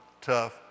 tough